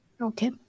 okay